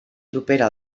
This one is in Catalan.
propera